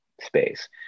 space